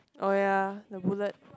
oh ya the bullet